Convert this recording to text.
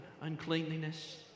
Uncleanliness